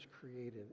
created